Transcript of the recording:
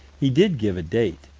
he did give a date,